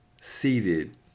seated